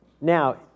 now